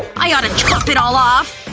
i ought to chop it all off.